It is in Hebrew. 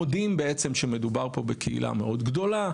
מודים בעצם שמדובר פה בקהילה מאוד גדולה.